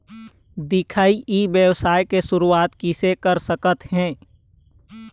दिखाही ई व्यवसाय के शुरुआत किसे कर सकत हे?